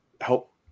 help